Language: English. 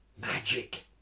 magic